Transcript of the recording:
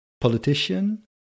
politician